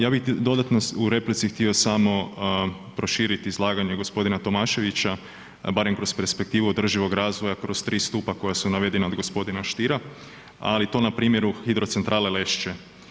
Ja bi dodatno u replici htio samo proširiti izlaganje g. Tomaševića barem kroz perspektivu održivog razvoja kroz 3 stupa koja su navedena od g. Stiera, ali to na primjeru Hidrocentrale Lešće.